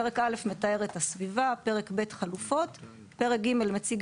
פרק א' מתאר את הסביבה; פרק ב' חלופות; פרק ג' מציג